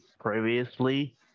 previously